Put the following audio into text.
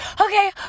okay